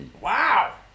Wow